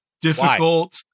difficult